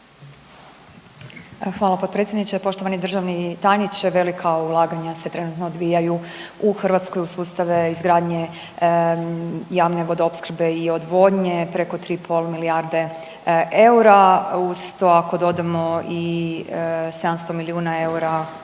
Hvala potpredsjedniče. Poštovani državni tajniče, velika ulaganja se trenutno odvijaju u Hrvatskoj u sustave izgradnje javne vodoopskrbe i odvodnje, preko 3,5 milijarde eura. Uz to, ako dodamo i 700 milijuna eura iz